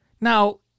now